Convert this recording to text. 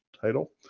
title